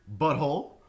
Butthole